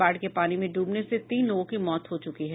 बाढ़ के पानी में ड्रबने से तीन लोगों की मौत हो चुकी है